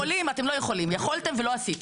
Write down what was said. כאשר מגיעים להסדר עם בנק או עם חברה אחרת